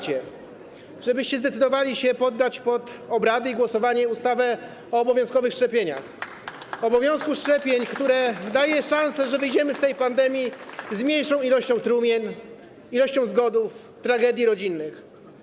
Chodzi o to, żebyście zdecydowali się poddać pod obrady i głosowanie ustawę o obowiązkowych szczepieniach, o obowiązku szczepień, która daje szansę, że wyjdziemy z tej pandemii z mniejszą liczbą trumien, zgonów, tragedii rodzinnych.